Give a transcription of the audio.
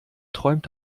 träumt